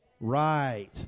Right